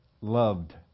loved